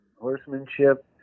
horsemanship